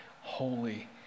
holy